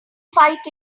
fight